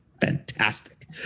fantastic